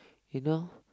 you know